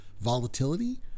volatility